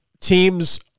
teams